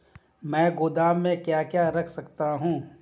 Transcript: मैं गोदाम में क्या क्या रख सकता हूँ?